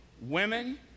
women